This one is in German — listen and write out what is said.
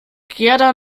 gerda